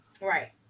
Right